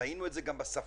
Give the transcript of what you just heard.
וראינו את זה גם בשפה.